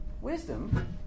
wisdom